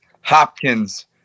Hopkins